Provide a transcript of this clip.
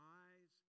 eyes